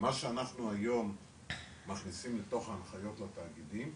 מה שאנחנו היום מכניסים לתוך ההנחיות לתאגידים,